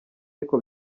ariko